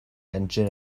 engine